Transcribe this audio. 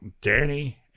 Danny